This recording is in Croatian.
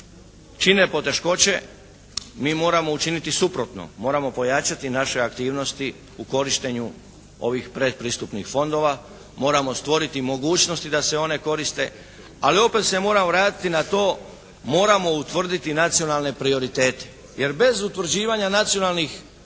čine poteškoće mi moramo učiniti suprotno, moramo pojačati naše aktivnosti u korištenju ovih predpristupnih fondova, moramo stvoriti mogućnosti da se one koriste ali opet se moram vratiti na to. Moramo utvrditi nacionalne prioritete jer bez utvrđivanja nacionalnih prioriteta